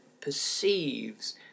perceives